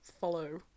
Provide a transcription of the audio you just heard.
follow